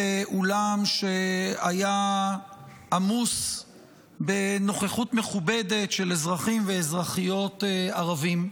באולם שהיה עמוס בנוכחות מכובדת של אזרחים ואזרחיות ערבים,